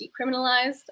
decriminalized